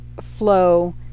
flow